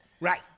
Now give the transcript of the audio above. Right